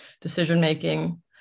decision-making